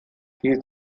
die